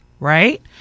Right